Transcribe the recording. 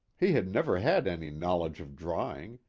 he had never had any knowledge of drawing,